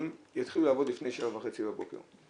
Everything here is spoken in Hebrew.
יתחילו לעבוד לפני שבע וחצי בבוקר.